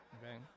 okay